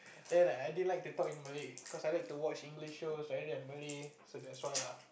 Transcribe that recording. then like I didn't like to talk in Malay cause I like to watch English shows and I already have Malay so that's why lah